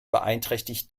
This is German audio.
beeinträchtigt